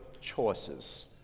choices